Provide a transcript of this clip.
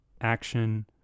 action